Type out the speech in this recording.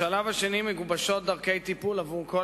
בשלב השני מגובשות דרכי טיפול עבור כל